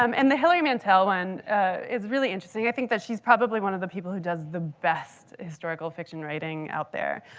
um and the hilary mantel one is really interesting. i think that she's probably one of the people who does the best historical fiction writing out there.